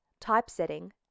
typesetting